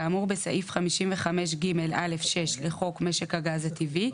כאמור בסעיף 55 ג(א)(6) לחוק משק הגז הטבעי,